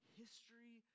history